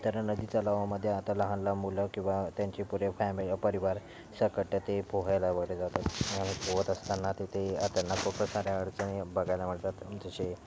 तर नदी तलावामध्ये आता लहानला मुलं किंवा त्यांचे पुरे फॅमि परिवार सकट ते पोहायला वगैरे जातात पोहत असताना ते ते त्यांना खूपच साऱ्या अडचणी बघायला मिळतात जसे